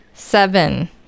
Seven